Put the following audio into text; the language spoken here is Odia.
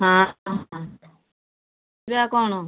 ହଁ କଣ